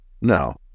No